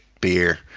beer